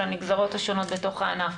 של הנגזרות השונות בתוך הענף.